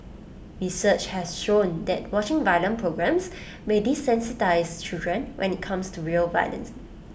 research has shown that watching violent programmes may desensitise children when IT comes to real violence